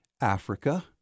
Africa